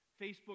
Facebook